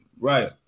Right